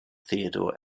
theodore